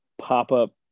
pop-up